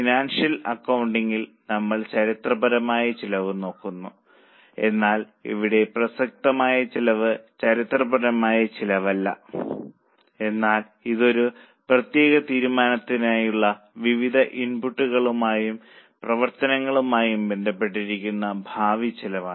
financial അക്കൌണ്ടിംഗിൽ നമ്മൾ ചരിത്രപരമായ ചിലവ് നോക്കുന്നു എന്നാൽ ഇവിടെ പ്രസക്തമായ ചിലവ് ചരിത്രപരമായ ചിലവല്ല എന്നാൽ ഇത് ഒരു പ്രത്യേക തീരുമാനത്തിനായുള്ള വിവിധ ഇൻപുട്ടുകളുമായും പ്രവർത്തനങ്ങളുമായും ബന്ധപ്പെട്ടിരിക്കുന്ന ഭാവി ചെലവാണ്